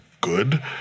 good